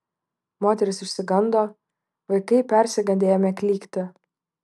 moterys išsigando vaikai persigandę ėmė klykti